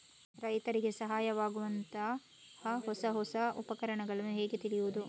ರೈತರಿಗೆ ಸಹಾಯವಾಗುವಂತಹ ಹೊಸ ಹೊಸ ಉಪಕರಣಗಳನ್ನು ಹೇಗೆ ತಿಳಿಯುವುದು?